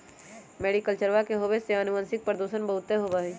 मैरीकल्चरवा के होवे से आनुवंशिक प्रदूषण बहुत होबा हई